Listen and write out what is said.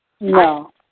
No